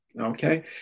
okay